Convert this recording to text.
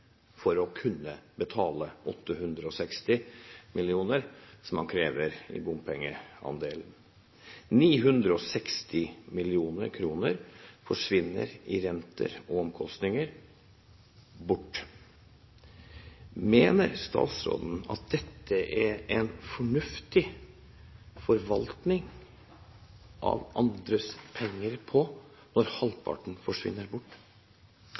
for å kunne betale 860 mill. kr, som man krever i bompengeandel. 960 mill. kr forsvinner i renter og omkostninger. Mener statsråden at det er en fornuftig forvaltning av andres penger når halvparten forsvinner?